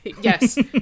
Yes